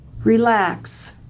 Relax